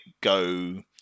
go